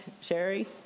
Sherry